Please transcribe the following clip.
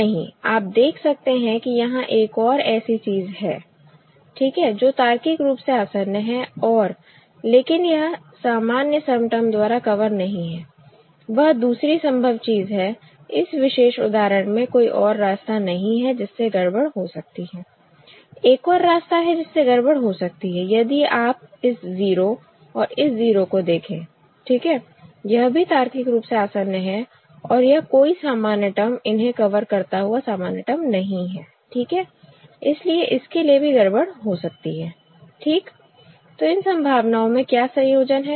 नहीं आप देख सकते हैं कि यहां एक और ऐसी चीज है ठीक है जो तार्किक रूप से आसन्न है और लेकिन यह सामान्य सम टर्म द्वारा कवर नहीं है वह दूसरी संभव चीज है इस विशेष उदाहरण में कोई और रास्ता नहीं है जिससे गड़बड़ हो सकती है एक और रास्ता है जिस से गड़बड़ हो सकती है यदि आप इस 0 और इस 0 को देखें ठीक है यह भी तार्किक रूप से आसन्न है और यह कोई सामान्य टर्म इन्हें कवर करता हुआ सामान्य टर्म नहीं है ठीक है इसलिए इसके लिए भी गड़बड़ हो सकती है ठीक तो इन संभावनाओं में क्या संयोजन है